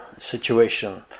situation